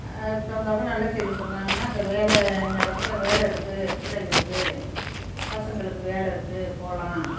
அதுக்கு தகுந்தாப்பில் நல்ல செய்தி சொன்னாங்கன்னா அந்த வேலை என்ன இடத்துல வேலை இருக்குது பிள்ளைங்களுக்கு பசங்களுக்கு வேலை இருக்குது போகலாம்